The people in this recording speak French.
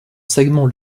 segment